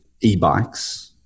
e-bikes